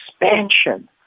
expansion